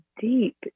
deep